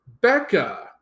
Becca